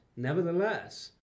Nevertheless